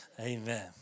Amen